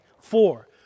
Four